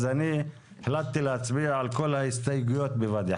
אז אני החלטתי להצביע על כל ההסתייגויות בבת אחת.